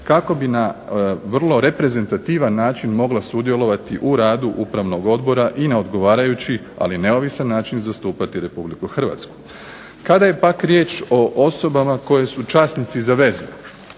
kako bi na reprezentativan način mogla sudjelovati u radu upravnog odbora i ne odgovarajući ali neovisan način zastupati RH. Kada je pak riječ o osobama koji su časnici za vezu,